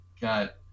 got